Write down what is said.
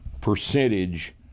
percentage